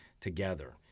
together